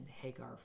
Hagar